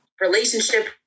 relationship